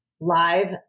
live